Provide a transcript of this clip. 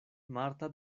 marta